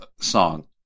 song